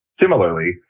Similarly